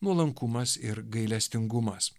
nuolankumas ir gailestingumas